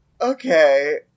Okay